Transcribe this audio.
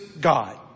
God